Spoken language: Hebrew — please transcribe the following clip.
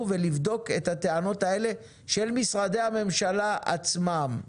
ולבדוק את הטענות האלה של משרדי הממשלה עצמם?